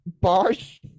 bars